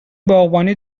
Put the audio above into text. باغبانی